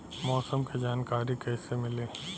मौसम के जानकारी कैसे मिली?